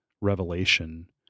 revelation